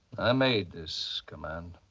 i made this command.